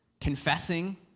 confessing